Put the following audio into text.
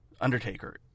Undertaker